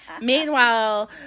meanwhile